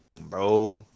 bro